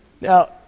Now